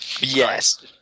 yes